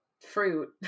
fruit